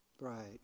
Right